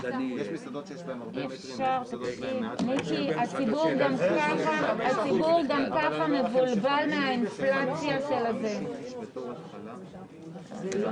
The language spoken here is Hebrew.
תקשיב, אבל אתה חייב להבין איך --- אין